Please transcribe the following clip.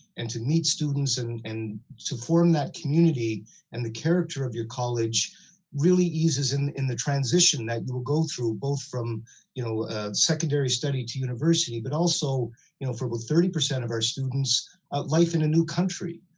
and to meet students and and to form that community and the character of your college really eases in in the transition that you'll go through both from you know secondary study to university, but also you know from a thirty percent of our students life in a new country